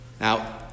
now